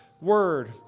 word